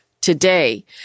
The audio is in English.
today